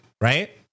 right